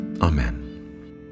Amen